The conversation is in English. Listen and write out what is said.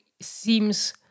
seems